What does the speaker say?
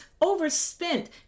overspent